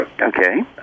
Okay